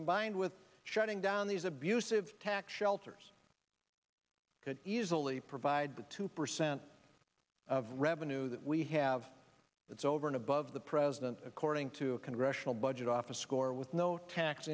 combined with shutting down these abusive tax shelters could easily provide the two percent of revenue that we have that's over and above the president according to a congressional budget office score with no tax